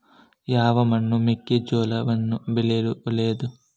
ಯಾವ ಮಣ್ಣು ಮೆಕ್ಕೆಜೋಳವನ್ನು ಬೆಳೆಯಲು ಒಳ್ಳೆಯದು?